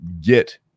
get